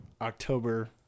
October